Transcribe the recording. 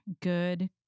good